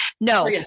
no